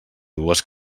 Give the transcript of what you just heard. dues